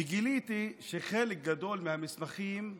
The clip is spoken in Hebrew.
וגיליתי שחלק גדול מהמסמכים מוסתרים,